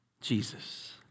Jesus